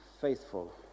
faithful